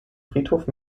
friedhof